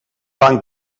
banc